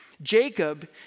Jacob